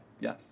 yes